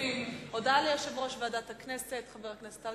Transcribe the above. הודעה ליושב-ראש ועדת הכנסת, חבר הכנסת אלקין,